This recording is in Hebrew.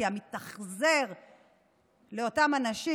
כי המתאכזר לאותם אנשים,